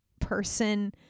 person